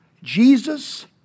Jesus